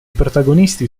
protagonisti